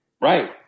Right